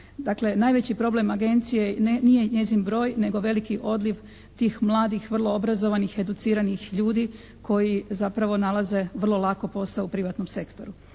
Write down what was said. najveći problem Agencije nije njezin broj nego veliki odliv tih mladih vrlo obrazovanih, educiranih ljudi koji zapravo nalaze vrlo lako posao u privatnom sektoru